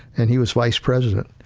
and he was vice president,